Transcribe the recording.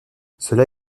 cela